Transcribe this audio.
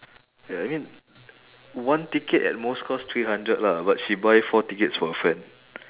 ya I mean one ticket at most cost three hundred lah but she buy four tickets for her friend